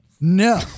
No